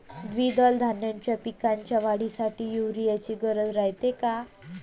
द्विदल धान्याच्या पिकाच्या वाढीसाठी यूरिया ची गरज रायते का?